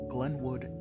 Glenwood